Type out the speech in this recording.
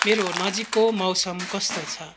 मेरो नजिकको मौसम कस्तो छ